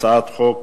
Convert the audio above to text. הצעת חוק